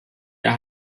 der